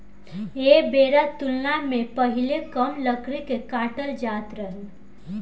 ऐ बेरा तुलना मे पहीले कम लकड़ी के काटल जात रहे